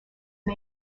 and